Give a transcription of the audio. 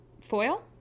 Foil